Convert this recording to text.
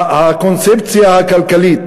הקונספציה הכלכלית,